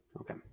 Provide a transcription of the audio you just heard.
Okay